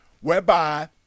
whereby